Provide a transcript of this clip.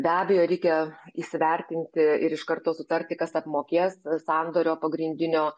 be abejo reikia įsivertinti ir iš karto sutarti kas apmokės sandorio pagrindinio